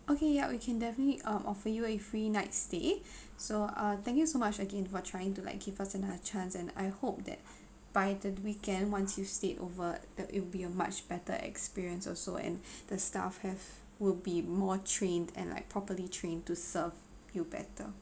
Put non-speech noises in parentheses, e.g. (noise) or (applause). okay yup we can definitely um offer you a free night stay so uh thank you so much again for trying to like give us another chance and I hope that by the weekend once you stayed over the it'll be a much better experience also and (breath) the staff have will be more trained and like properly trained to serve you better